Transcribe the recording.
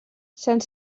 sant